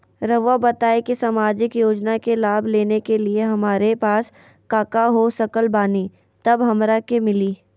रहुआ बताएं कि सामाजिक योजना के लाभ लेने के लिए हमारे पास काका हो सकल बानी तब हमरा के मिली?